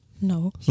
no